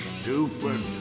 stupid